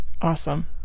Awesome